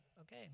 okay